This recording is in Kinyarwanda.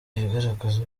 igaragaza